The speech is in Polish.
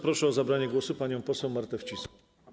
Proszę o zabranie głosu panią poseł Martę Wcisło.